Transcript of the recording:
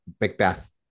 Macbeth